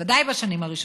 בוודאי בשנים האחרונות,